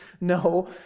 No